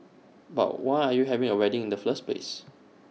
but why are you having A wedding in the first place